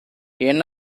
என்ன